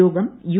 യോഗം യു